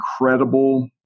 incredible